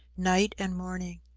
night and morning.